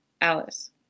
Alice